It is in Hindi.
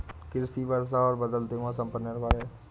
कृषि वर्षा और बदलते मौसम पर निर्भर है